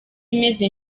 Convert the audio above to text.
imeze